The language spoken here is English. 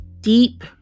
deep